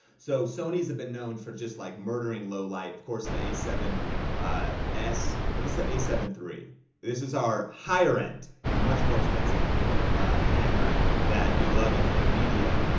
so sony's have been known for just like murdering low-light. of course the a seven s, but it's the a seven three this is our higher-end much more expensive camera that we love at think media,